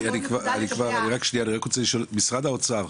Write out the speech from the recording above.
אני רק רוצה לשאול את משרד האוצר.